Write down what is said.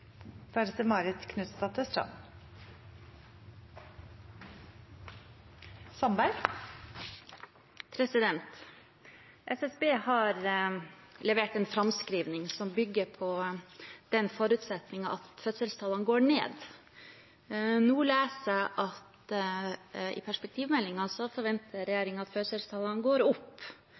SSB har levert en framskrivning som bygger på den forutsetningen at fødselstallene går ned. Nå leser jeg i perspektivmeldingen at regjeringen forventer at fødselstallene går opp.